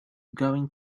going